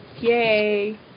Yay